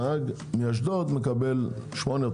נהג מאשדוד מקבל 8,